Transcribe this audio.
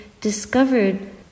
discovered